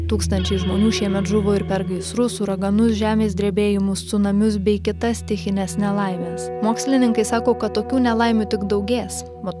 tūkstančiai žmonių šiemet žuvo ir per gaisrus uraganus žemės drebėjimus cunamius bei kitas stichines nelaimes mokslininkai sako kad tokių nelaimių tik daugės mat